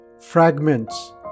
fragments